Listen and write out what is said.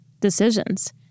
decisions